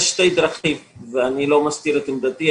יש שלוש דרכים ואני לא מסתיר את עמדתי,